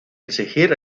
exigir